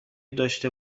داشته